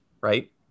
right